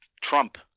Trump